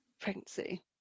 pregnancy